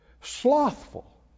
slothful